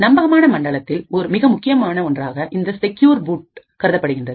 நம்பகமான மண்டலத்தில் மிக முக்கியமான ஒன்றாக இந்த செக்யூர் பூட்டாக கருதப்படுகின்றது